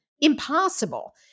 impossible